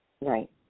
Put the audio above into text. right